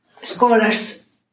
scholars